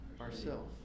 Ourself